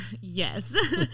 Yes